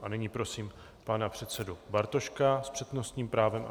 A nyní prosím pana předsedu Bartoška s přednostním právem.